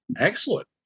excellent